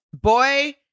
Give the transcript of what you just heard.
boy